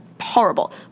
horrible